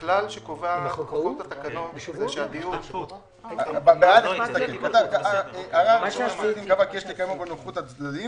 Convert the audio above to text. ההוראות בתקנון הן שהדיון --- ערר --- כי יש לקיימו בנוכחות הצדדים,